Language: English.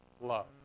love